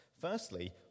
Firstly